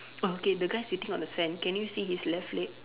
oh okay the guy sitting on the sand can you see his left leg